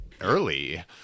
early